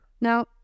Now